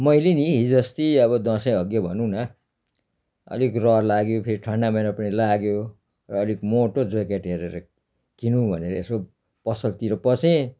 मैले नि हिजो अस्ति अब दसैँ अघि भनौँ न अलिक रहर लाग्यो फेरि ठन्डा महिना पनि लाग्यो र अलिक मोटो ज्याकेट हेरेर किनौँ भनेर यसो पसलतिर पसेँ